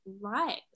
right